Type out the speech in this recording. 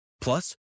Plus